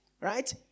right